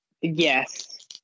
yes